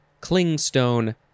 clingstone